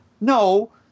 no